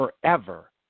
forever